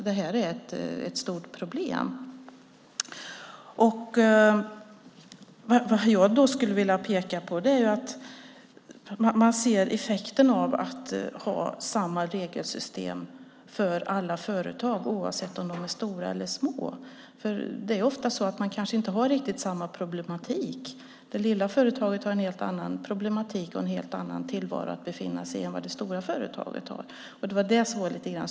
Det här är ett stort problem. Jag skulle vilja peka på att man ser effekten av att ha samma regelsystem för alla företag oavsett om de är stora eller små. Ofta har man inte samma problem. Det lilla företaget har helt andra problem och befinner sig i en helt annan tillvaro än vad det stora företaget gör.